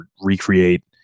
recreate